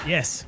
Yes